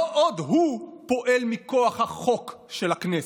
לא עוד הוא פועל מכוח החוק של הכנסת,